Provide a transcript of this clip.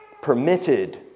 permitted